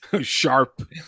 sharp